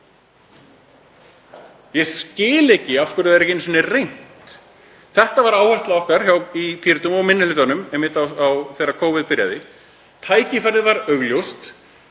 Ég skil ekki af hverju það er ekki einu sinni reynt. Þetta var áhersla okkar hjá í Pírötum og minni hlutanum þegar Covid byrjaði. Tækifærið var augljóst: